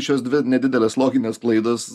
šios dvi nedidelės loginės klaidos